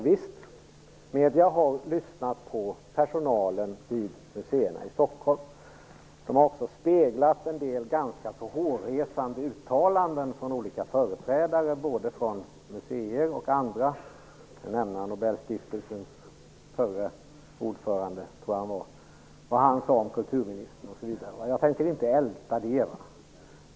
Visst har medierna lyssnat på personal vid museerna i Stockholm. De har också speglat en del ganska hårresande uttalanden från olika företrädare för både museer och andra. Jag kan nämna vad Nobelstiftelserns förre ordförande sade om kulturministern. Jag tänker inte älta det.